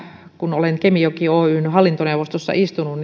kun olen kemijoki oyn hallintoneuvostossa istunut